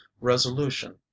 resolution